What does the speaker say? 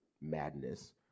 madness